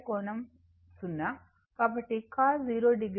కోణం 0 కాబట్టి cos 0 o j sin 0 o